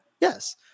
Yes